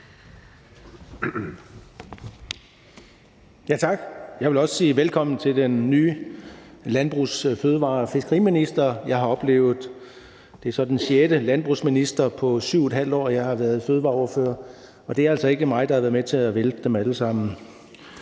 Tak. Jeg vil også sige velkommen til den nye landbrugs-, fødevare- og fiskeriminister. Det er så den sjette landbrugsminister, jeg har oplevet på de 7½ år, jeg har været fødevareordfører, og det er altså ikke mig, der har været med til at vælte dem alle sammen.